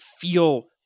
feel